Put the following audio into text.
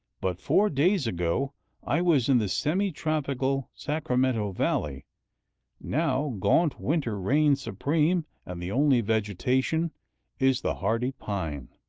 but four days ago i was in the semi-tropical sacramento valley now gaunt winter reigns supreme, and the only vegetation is the hardy pine.